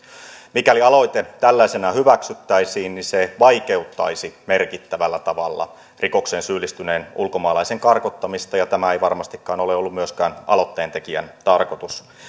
mikäli aloite tällaisena hyväksyttäisiin niin se vaikeuttaisi merkittävällä tavalla rikokseen syyllistyneen ulkomaalaisen karkottamista ja tämä ei varmastikaan ole ollut myöskään aloitteen tekijän tarkoitus